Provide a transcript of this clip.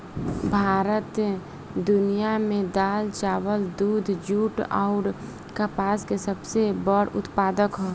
भारत दुनिया में दाल चावल दूध जूट आउर कपास के सबसे बड़ उत्पादक ह